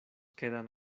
quedan